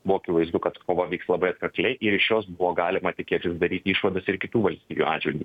buvo akivaizdu kad kova vyks labai atkakliai ir iš jos buvo galima tikėtis daryti išvadas ir kitų valstijų atžvilgiu